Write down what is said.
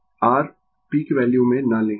r peak value न लें